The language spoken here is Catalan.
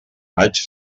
maig